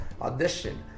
audition